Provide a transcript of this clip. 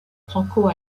franco